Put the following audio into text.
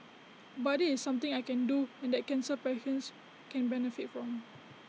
but this is something I can do and that cancer patients can benefit from